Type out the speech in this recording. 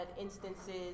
instances